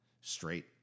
Straight